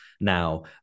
now